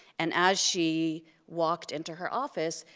and as she walked into her office,